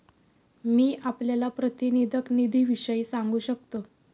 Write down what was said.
मी आपल्याला प्रातिनिधिक निधीविषयी सांगू शकतो